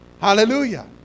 Hallelujah